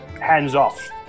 hands-off